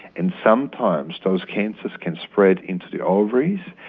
and sometimes those cancers can spread into the ovaries,